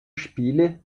spiele